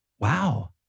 wow